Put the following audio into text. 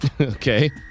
Okay